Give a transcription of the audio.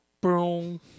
Boom